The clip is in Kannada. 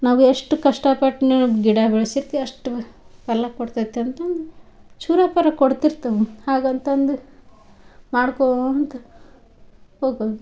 ನಾವೆಷ್ಟು ಕಷ್ಟ ಪಟ್ಟು ಗಿಡ ಬೆಳ್ಸಿರ್ತೀವಿ ಅಷ್ಟು ಫಲ ಕೊಡ್ತೈತಿ ಅಂತಂದು ಚೂರು ಪಾರು ಕೊಡ್ತಿರ್ತಾವು ಹಾಗಂತಂದು ಮಾಡ್ಕೋತಾ ಹೋಗೋದು